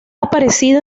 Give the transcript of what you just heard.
aparecido